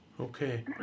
okay